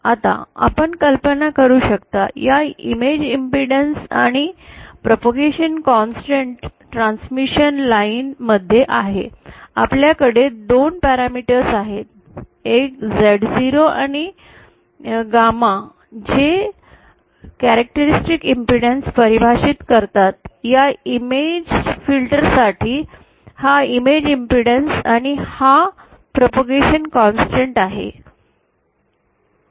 आता आपण कल्पना करू शकता या इमेज इम्पीडैन्स आणि प्रापगैशन कॉन्सेंटेंट ट्रांसमिशन लाइन मध्ये आहे आपल्याकडे दोन पॅरामीटर्स आहेत एक Z0 आणि गामा जे कैरिक्टरिस्टिक इम्पीडैन्स परिभाषित करतात या इमेज फिल्टर साठी हा इमेज इम्पीडैन्स आणि हा प्रापगैशन कॉन्सेंटेंट आहे